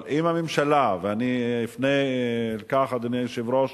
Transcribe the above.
אבל אם הממשלה, ואני אפנה כך, אדוני היושב-ראש,